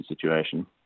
situation